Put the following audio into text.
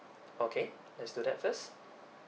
okay let's do that first